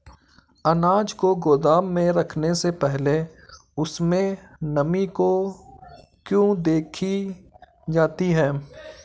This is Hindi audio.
अनाज को गोदाम में रखने से पहले उसमें नमी को क्यो देखी जाती है?